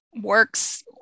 works